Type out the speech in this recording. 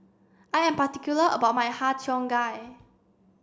I am particular about my Har Cheong Gai